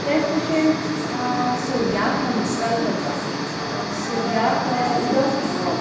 तेच भशेन सुर्याक नमस्कार करता सुर्याक उदक व्हांवोवप